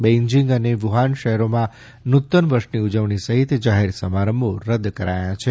Beijing અને Wuhan શહેરોમાં નૂતન વર્ષની ઉજવણી સહિત જાહેર સમારંભો રદ કરાયા છે